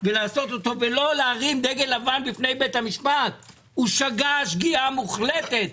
ולא להרים דגל לבן בפני בית המשפט הוא שגה שגיאה מוחלטת.